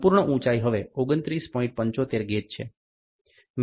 75 gauge છે મેં 46